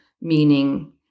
meaning